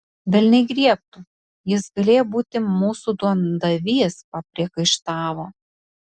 velniai griebtų jis galėjo būti mūsų duondavys papriekaištavo